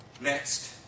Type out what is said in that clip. next